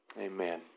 Amen